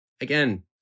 Again